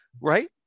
right